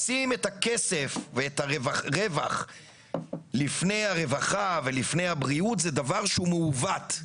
לשים את הכסף ואת הרווח לפני הרווחה ולפני הבריאות זה דבר שהוא מעוות.